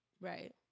Right